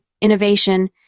innovation